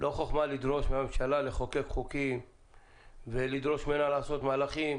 לא חוכמה לדרוש מהממשלה לחוקק חוקים ולדרוש ממנה לעשות מהלכים,